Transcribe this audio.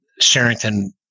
Sherrington